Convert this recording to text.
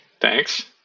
Thanks